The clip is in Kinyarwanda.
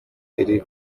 iri